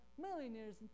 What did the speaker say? millionaires